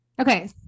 okay